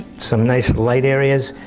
some nice light areas.